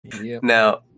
Now